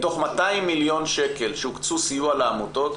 מתוך 200 מלש"ח שהוקצו סיוע לעמותות,